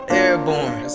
airborne